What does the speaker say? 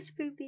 Spoopy